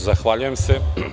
Zahvaljujem se.